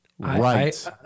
right